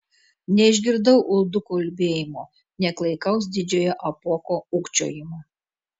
neišgirdau ulduko ulbėjimo nė klaikaus didžiojo apuoko ūkčiojimo